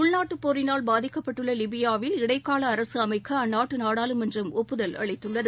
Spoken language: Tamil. உள்நாட்டுபோரினால் பாதிக்கப்பட்டுள்ளலிபியாவில் இடைக்காலஅரசுஅமைக்கஅந்நாட்டுநாடாளுமன்றம் ஒப்புதல் அளித்துள்ளது